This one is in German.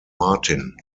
martin